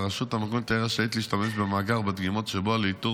והרשות המקומית תהיה רשאית להשתמש במאגר ובדגימות שבו לאיתור